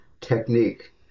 technique